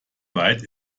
weit